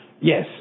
Yes